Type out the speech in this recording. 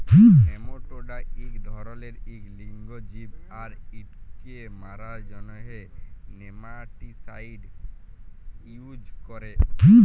nematoda ইক ধরলের ইক লিঙ্গ জীব আর ইটকে মারার জ্যনহে নেমাটিসাইড ইউজ ক্যরে